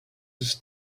its